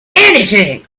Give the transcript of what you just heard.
anything